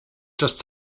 just